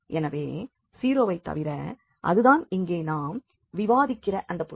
எனவே 0 வைத் தவிர அது தான் இங்கே நாம் விவாதிக்கிற அந்த புள்ளி